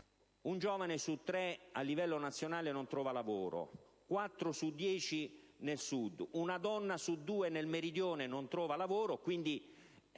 un giovane su tre a livello nazionale, quattro su dieci nel Sud e una donna su due nel Meridione non trovano lavoro,